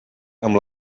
amb